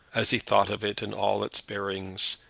as he thought of it in all its bearings,